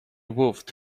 wolfed